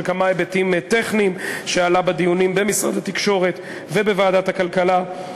לכמה היבטים טכניים שעלו בדיונים במשרד התקשורת ובוועדת הכלכלה.